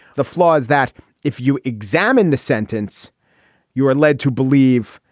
the flaws that if you examine the sentence you are led to believe.